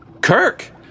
Kirk